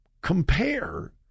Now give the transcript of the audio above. compare